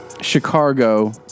Chicago